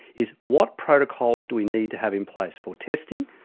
is what protocols do we need to have in place for testing,